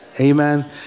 Amen